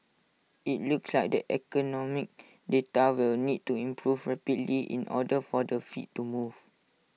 IT looks like the economic data will need to improve rapidly in order for the fed to move